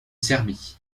serbie